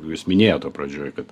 jūs minėjote pradžioj kad